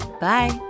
Bye